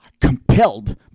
Compelled